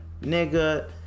Nigga